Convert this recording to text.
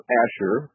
Asher